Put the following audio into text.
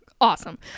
awesome